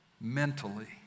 mentally